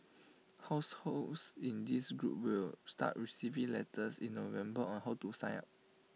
households in this group will start receiving letters in November on how to sign up